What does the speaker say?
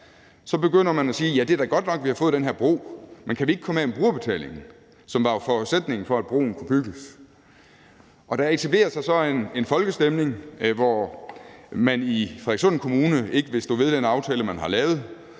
så begynder man at sige: Ja, det er da godt nok, at vi har fået den her bro, men kan vi ikke komme af med brugerbetalingen, som var forudsætningen for, at broen kunne bygges? Og der etablerer sig så en folkestemning, hvor man i Frederikssund Kommune ikke vil stå ved den aftale, man har lavet,